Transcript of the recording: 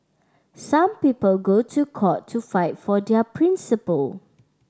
some people go to court to fight for their principle